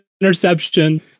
interception